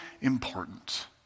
important